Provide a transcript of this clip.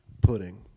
Pudding